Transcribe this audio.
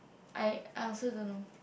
I I also don't know